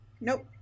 Nope